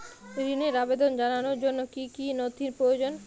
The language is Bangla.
ঋনের আবেদন জানানোর জন্য কী কী নথি প্রয়োজন?